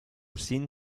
sin